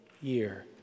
year